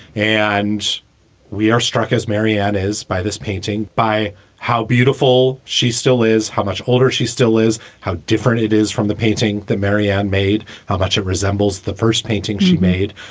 and we are struck, as marianne is, by this painting, by how beautiful she still is, how much older she still is, how different it is from the painting that marianne made, how much it resembles the first painting she made.